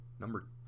Number